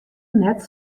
net